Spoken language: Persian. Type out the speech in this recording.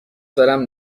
دارم